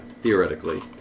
theoretically